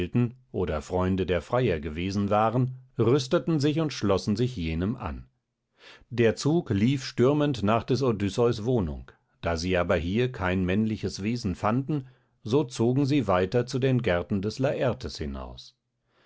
oder freunde der freier gewesen waren rüsteten sich und schlossen sich jenem an der zug lief stürmend nach des odysseus wohnung da sie aber hier kein männliches wesen fanden so zogen sie weiter zu den gärten des lartes hinaus